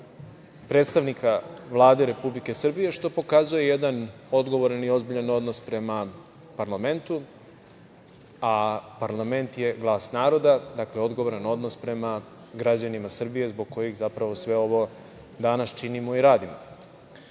predstavnika Vlade Republike Srbije, što pokazuje jedan odgovoran i ozbiljan odnos prema parlamentu, a parlament je glas naroda. Dakle, odgovoran odnos prema građanima Srbije zbog kojih zapravo sve ovo danas činimo i radimo. Što